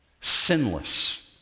sinless